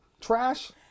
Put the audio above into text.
trash